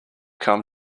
come